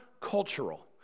cultural